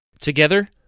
Together